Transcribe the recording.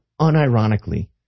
unironically